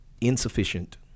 Insufficient